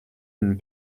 une